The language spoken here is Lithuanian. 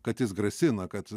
kad jis grasina kad